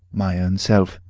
my own self.